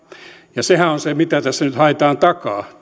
ja sehän on se mitä tässäkin ehdotuksessa nyt haetaan takaa